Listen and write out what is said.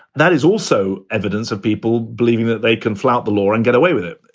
that is also evidence of people believing that they can flout the law and get away with it.